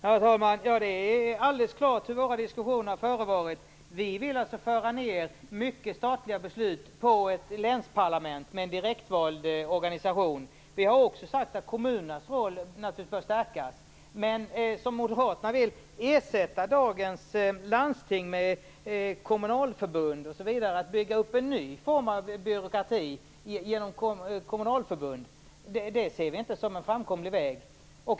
Herr talman! Det är alldeles klart hur våra diskussioner har förevarit. Vi vill föra ned många statliga beslut till ett länsparlament med en direktvald organisation. Vi har också sagt att kommunernas roll naturligtvis bör stärkas. Moderaterna vill ersätta dagens landsting med kommunalförbund och bygga upp en ny form av byråkrati genom kommunalförbund. Men det ser vi inte som en framkomlig väg.